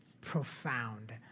profound